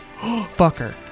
Fucker